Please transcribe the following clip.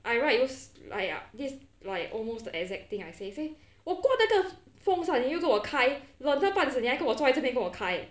I write use like ah this like almost the exact thing I say say 我关那个风扇你又跟我开冷到半死你还跟我坐在这边跟我开